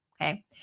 okay